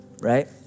Right